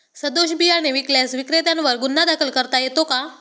सदोष बियाणे विकल्यास विक्रेत्यांवर गुन्हा दाखल करता येतो का?